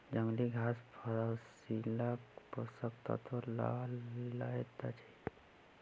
जंगली घास फसीलक पोषक तत्व लअ लैत अछि